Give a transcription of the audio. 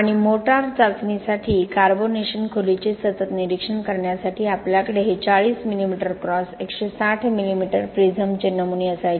आणि मोटार चाचणीसाठी कार्बोनेशन खोलीचे सतत निरीक्षण करण्यासाठी आपल्याकडे हे 40 मिमी क्रॉस 160 मिमी प्रिझमचे नमुने असायचे